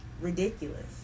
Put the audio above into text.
ridiculous